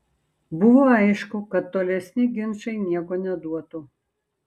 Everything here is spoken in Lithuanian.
buvo aišku kad tolesni ginčai nieko neduotų